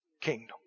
kingdom